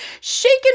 shaking